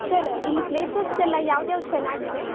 sir ಇಲ್ಲಿ places ಎಲ್ಲ ಯಾವ್ಯಾವ್ದ್ ಚೆನ್ನಾಗಿದೆ